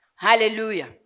Hallelujah